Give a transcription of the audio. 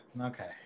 okay